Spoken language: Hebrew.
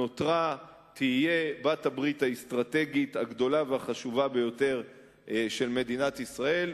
נותרה ותהיה בעלת הברית האסטרטגית הגדולה והחשובה ביותר של מדינת ישראל,